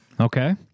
Okay